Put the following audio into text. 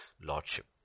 lordship